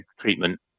treatment